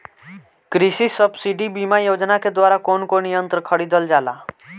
कृषि सब्सिडी बीमा योजना के द्वारा कौन कौन यंत्र खरीदल जाला?